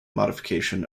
modification